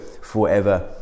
forever